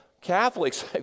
Catholics